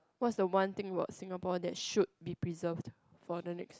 what's the one thing about Singapore that should be preserved for the next